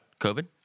COVID